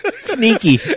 Sneaky